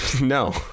No